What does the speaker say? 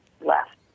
left